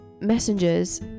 messengers